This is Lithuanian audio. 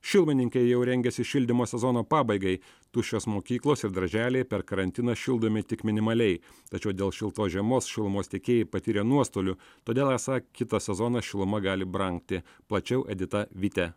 šilumininkai jau rengiasi šildymo sezono pabaigai tuščios mokyklos ir darželiai per karantiną šildomi tik minimaliai tačiau dėl šiltos žiemos šilumos tiekėjai patyrė nuostolių todėl esą kitą sezoną šiluma gali brangti plačiau edita vitė